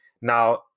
Now